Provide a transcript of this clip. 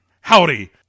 howdy